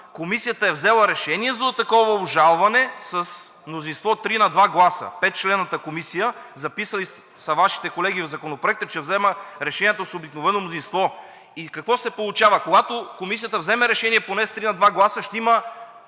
Комисията е взела решение за такова обжалване с мнозинство 3 на 2 гласа – петчленната комисия, са записали Вашите колеги в Законопроекта, че взема решенията с обикновено мнозинство. И какво се получава? Когато Комисията вземе решение поне с 3 на 2 гласа, ще има